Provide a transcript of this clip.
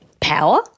power